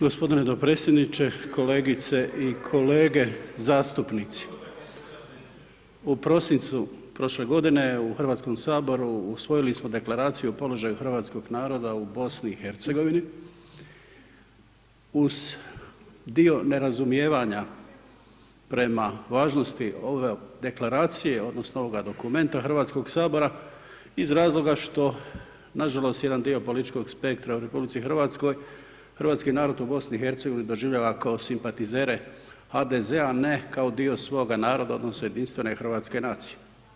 g. dopredsjedniče, kolegice i kolege zastupnici, u prosincu prošle godine u HS-u usvojili smo Deklaraciju o položaju hrvatskog naroda u BiH uz dio nerazumijevanja prema važnosti ove Deklaracije odnosno ovoga Dokumenta HS-a iz razloga što, nažalost, jedan dio političkog spektra u RH, hrvatski narod u BiH doživljava kao simpatizere HDZ-a, a ne kao dio svoga naroda odnosno jedinstvene hrvatske nacije.